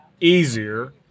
easier